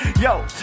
Yo